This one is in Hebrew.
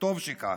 וטוב שכך,